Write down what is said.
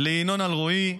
ינון אלרועי,